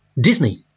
Disney